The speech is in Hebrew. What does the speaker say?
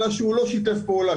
אלא שהוא לא שיתף פעולה,